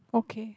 okay